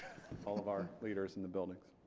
all of our leaders in the buildings